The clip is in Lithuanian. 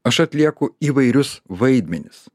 aš atlieku įvairius vaidmenis